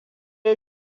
ya